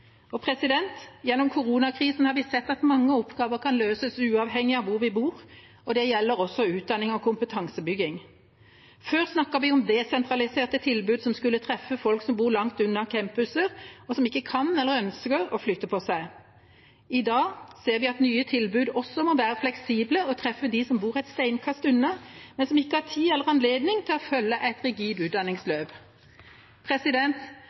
Gjennom koronakrisa har vi sett at mange oppgaver kan løses uavhengig av hvor vi bor, og det gjelder også utdanning og kompetansebygging. Før snakket vi om desentraliserte tilbud som skulle treffe folk som bor langt unna campuser, og som ikke kan eller ønsker å flytte på seg. I dag ser vi at nye tilbud også må være fleksible og treffe de som bor et steinkast unna, men som ikke har tid eller anledning til å følge et rigid